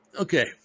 okay